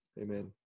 Amen